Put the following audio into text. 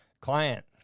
client